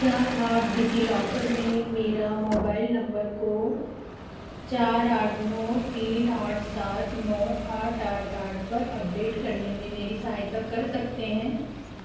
क्या आप डिज़िलॉकर में मेरे मोबाइल नम्बर को चार आठ नौ तीन आठ सात नौ आठ आठ आठ पर अपडेट करने में मेरी सहायता कर सकते हैं